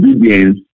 obedience